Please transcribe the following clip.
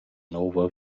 nouva